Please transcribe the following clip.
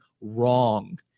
wrong